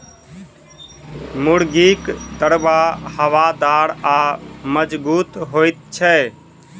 मुर्गीक दरबा हवादार आ मजगूत होइत छै